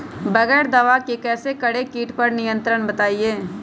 बगैर दवा के कैसे करें कीट पर नियंत्रण बताइए?